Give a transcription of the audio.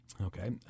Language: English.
Okay